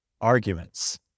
arguments